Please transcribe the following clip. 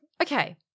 okay